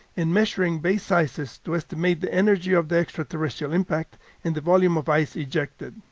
and measuring bay sizes to estimate the energy of the extraterrestrial impact and the volume of ice ejected.